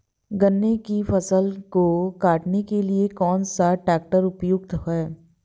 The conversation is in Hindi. गन्ने की फसल को काटने के लिए कौन सा ट्रैक्टर उपयुक्त है?